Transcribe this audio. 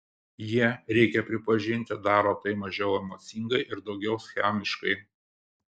jie reikia pripažinti daro tai mažiau emocingai ir daugiau schemiškai